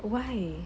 why